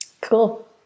Cool